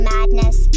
Madness